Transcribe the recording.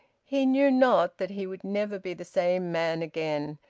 he knew not that he would never be the same man again,